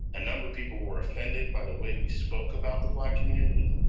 a number of people were offended by the way we spoke about the black community,